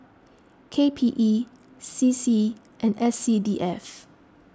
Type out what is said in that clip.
K P E C C and S C D F